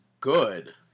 good